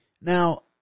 Now